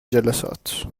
جلسات